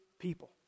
people